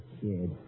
kid